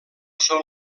són